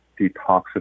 detoxify